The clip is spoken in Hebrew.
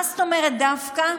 מה זאת אומרת דווקא?